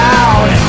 out